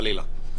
חלילה,